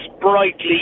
brightly